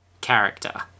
character